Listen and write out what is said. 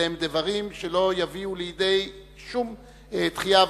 אלה הם דברים שלא יביאו לידי שום תחייה,